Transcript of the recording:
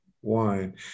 one